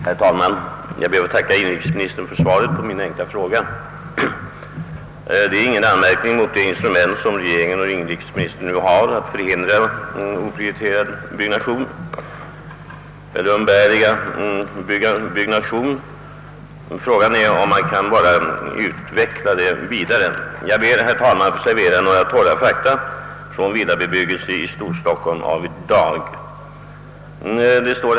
Herr talman! Jag ber att få tacka inrikesministern för svaret på min enkla fråga. Den avser inte någon anmärkning mot det instrument som inrikesministern nu har för att förhindra oprioriterad byggnation, <umbärlig byggnation, utan bara möjligheterna att utveckla det vidare. Jag ber, herr talman, att få anföra några torra fakta om villabebyggelse i Storstockholm av i dag.